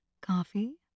Coffee